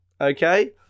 okay